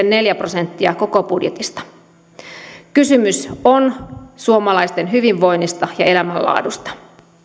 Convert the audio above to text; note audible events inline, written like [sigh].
[unintelligible] neljä prosenttia koko budjetista kysymys on suomalaisten hyvinvoinnista ja elämänlaadusta